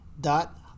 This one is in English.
dot